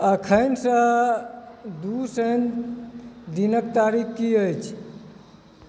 अखनसँ दू शनि दिनक तारीख की अछि